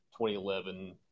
2011